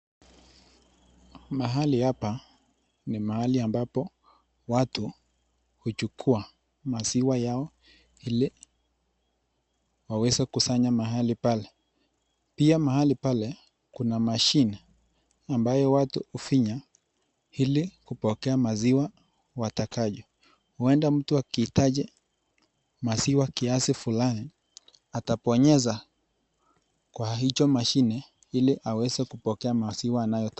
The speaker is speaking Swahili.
Mahali hapa ni mahali ambapo watu huchukua maziwa yao ili waweze kusanya mahali pale. Pia mahali pale kuna mashine ambayo watu hufinya ili kupokea maziwa watakayo. Huenda mtu akihitaji maziwa kiasi fulani atabonyeza kwa hicho mashine ili aweze kupokea maziwa anayotaka.